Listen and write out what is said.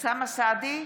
אוסאמה סעדי,